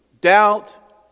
doubt